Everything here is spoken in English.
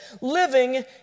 living